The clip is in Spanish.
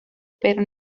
pero